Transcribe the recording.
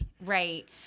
Right